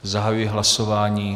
Zahajuji hlasování.